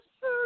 sir